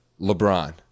LeBron